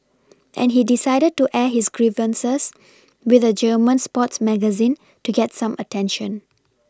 and he decided to air his grievances with a German sports magazine to get some attention